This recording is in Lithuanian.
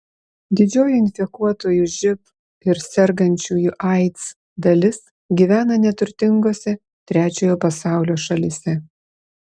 didžioji infekuotųjų živ ir sergančiųjų aids dalis gyvena neturtingose trečiojo pasaulio šalyse